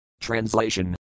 Translation